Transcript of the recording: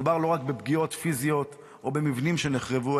מדובר לא רק בפגיעות פיזיות או במבנים שנחרבו,